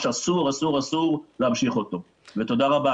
ולנו עבודה.